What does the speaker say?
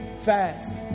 fast